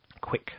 quick